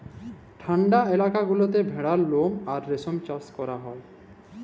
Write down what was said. ঠাল্ডা ইলাকা গুলাতে ভেড়ার লম আর রেশম চাষ ক্যরা হ্যয়